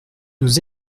nous